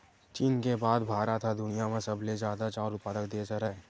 चीन के बाद भारत ह दुनिया म सबले जादा चाँउर उत्पादक देस हरय